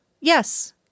Yes